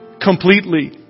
completely